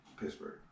Pittsburgh